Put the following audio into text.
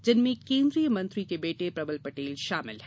जिनमें केन्द्रीय मंत्री के बेटे प्रबल पटेल शामिल है